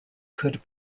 could